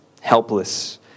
helpless